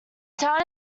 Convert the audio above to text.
town